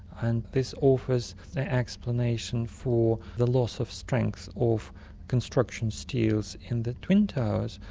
and this offers an explanation for the loss of strength of construction steels in the twin towers,